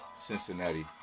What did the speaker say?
Cincinnati